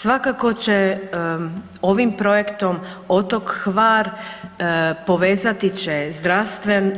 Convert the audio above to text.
Svakako će ovim projektom otok Hvar povezati će